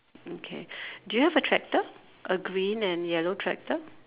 mm K do you have a tractor a green and yellow tractor